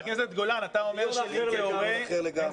זה דיון אחר לגמרי.